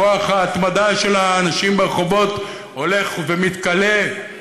כוח ההתמדה של האנשים ברחובות הולך ומתכלה,